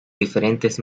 diferentes